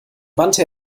wandte